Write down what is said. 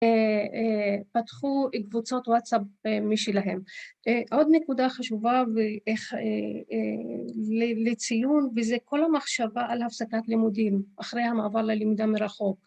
‫פתחו קבוצות וואטסאפ משלהם. ‫עוד נקודה חשובה לציון, ‫וזה כל המחשבה על הפסקת לימודים ‫אחרי המעבר ללמידה מרחוק.